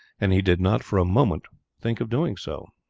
and he did not for a moment think of doing so.